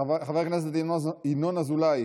חבר הכנסת ינון אזולאי,